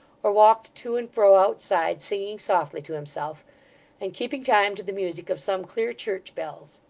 or walked to and fro outside, singing softly to himself and keeping time to the music of some clear church bells.